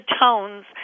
tones